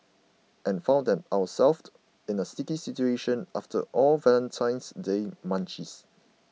and found ourselves in a sticky situation after all the Valentine's Day munchies